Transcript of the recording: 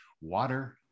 water